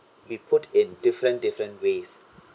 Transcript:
be put in different different ways